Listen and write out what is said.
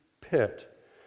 pit